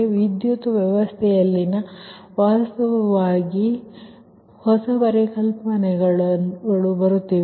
ವಿದ್ಯುತ್ ವ್ಯವಸ್ಥೆಯಲ್ಲಿ ವಾಸ್ತವವಾಗಿ ಹೊಸ ಪರಿಕಲ್ಪನೆಗಳು ಬರುತ್ತಿವೆ